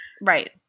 right